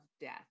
Death